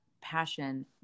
passion